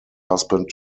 husband